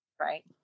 right